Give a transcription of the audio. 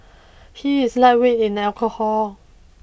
he is lightweight in alcohol